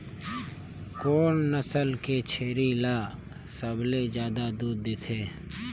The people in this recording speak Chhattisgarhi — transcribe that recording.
कोन नस्ल के छेरी ल सबले ज्यादा दूध देथे?